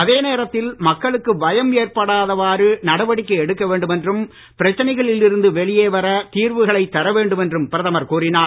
அதே நேரத்தில் மக்களுக்கு பயம் ஏற்படாதவாறு நடவடிக்கை எடுக்க வேண்டும் என்றும் பிரச்சனைகளில் இருந்து வெளியே வர தீர்வுகளை தர வேண்டும் என்றும் பிரதமர் கூறினார்